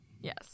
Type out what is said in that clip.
Yes